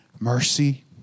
mercy